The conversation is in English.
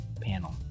panel